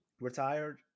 retired